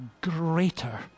greater